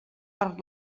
per